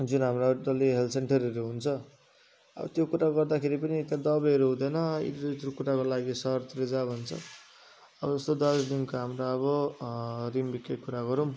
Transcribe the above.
जुन हाम्रो डल्लै हेल्थ सेन्टरहरू हुन्छ अब त्यो कुरा गर्दाखेरि पनि एक त दबाईहरू हुँदैन यत्रो यत्रो कुराको लागि सहरतिर जाऊ भन्छ अब जस्तो दार्जिलिङको हाम्रो अब रिम्बिककै कुरा गरौँ